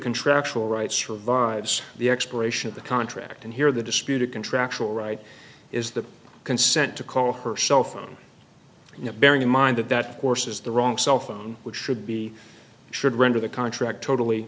contractual rights survives the expiration of the contract and here the disputed contractual right is the consent to call her cell phone you know bearing in mind that that course is the wrong cellphone which should be should render the contract totally